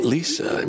Lisa